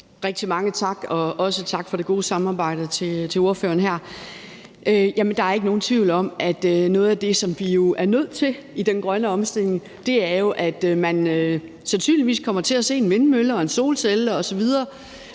Rigtig mange tak, og også tak for det gode samarbejde til ordføreren. Jamen der er ikke nogen tvivl om, at noget af det, der er nødt til at ske i forbindelse med den grønne omstilling, er, at man sandsynligvis kommer til at se en vindmølle og et solcelleanlæg